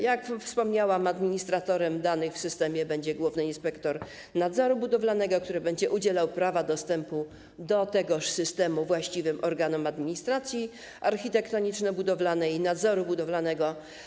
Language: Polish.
Jak wspomniałam, administratorem danych w systemie będzie główny inspektor nadzoru budowlanego, który będzie udzielał prawa dostępu do tegoż systemu właściwym organom administracji architektoniczno-budowlanej i nadzoru budowlanego.